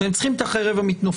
שהם צריכים את החרב המתנופפת.